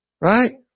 Right